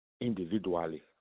individually